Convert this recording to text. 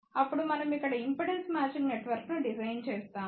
అప్పుడు మనం ఇక్కడ ఇంపిడెన్స్ మ్యాచింగ్ నెట్వర్క్ను డిజైన్ చేస్తాము